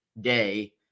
day